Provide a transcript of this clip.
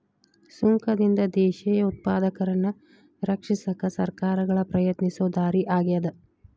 ಸುಂಕದಿಂದ ದೇಶೇಯ ಉತ್ಪಾದಕರನ್ನ ರಕ್ಷಿಸಕ ಸರ್ಕಾರಗಳ ಪ್ರಯತ್ನಿಸೊ ದಾರಿ ಆಗ್ಯಾದ